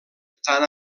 tant